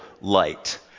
light